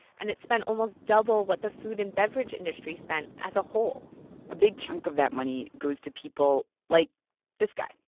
and it spent almost double what the food and beverage industry spent as a whole a big chunk of that money goes to people like this guy,